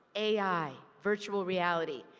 a i, virtual reality.